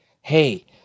Hey